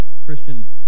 Christian